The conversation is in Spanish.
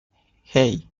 hey